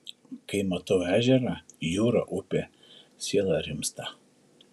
kai matau ežerą jūrą upę siela rimsta